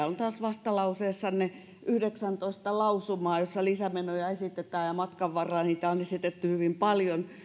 on taas vastalauseessanne yhdeksäntoista lausumaa joissa lisämenoja esitetään ja matkan varrella niitä on esitetty hyvin paljon